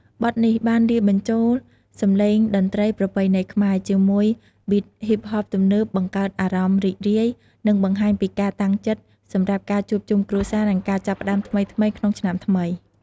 បទនេះបានលាយបញ្ចូល សម្លេងតន្ត្រីប្រពៃណីខ្មែរ ជាមួយប៊ីតហ៊ីបហបទំនើបបង្កើតអារម្មណ៍រីករាយ និងបង្ហាញពីការតាំងចិត្តសម្រាប់ការជួបជុំគ្រួសារ និងការចាប់ផ្តើមថ្មីៗក្នុងឆ្នាំថ្មី។